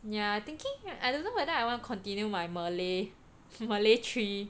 yeah thinking I don't know whether I wanna continue my Malay Malay three